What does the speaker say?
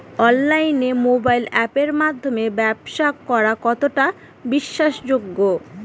অনলাইনে মোবাইল আপের মাধ্যমে ব্যাবসা করা কতটা বিশ্বাসযোগ্য?